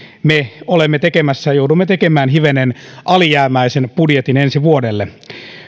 me olemme tekemässä ja joudumme tekemään hivenen alijäämäisen budjetin ensi vuodelle